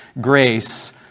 grace